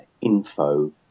info